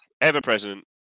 Ever-present